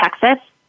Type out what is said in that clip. Texas